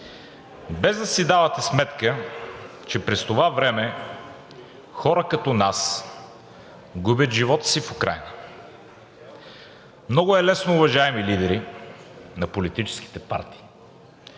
без да си давате сметка, че през това време хора като нас губят живота си в Украйна. Много е лесно, уважаеми лидери на политическите партии,